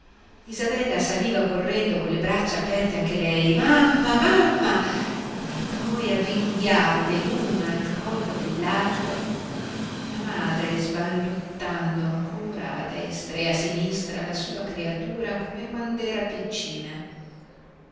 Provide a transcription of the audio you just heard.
isabella saliva correndo colle braccia aperte anche lei mamma mamma e poi avvinghiate l'una al collo dell'altra la madre sballottando ancora a destra e a sinistra la sua creatura come quand'era piccina